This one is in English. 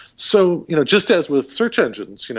so you know just as with search engines, you know